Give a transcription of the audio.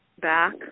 back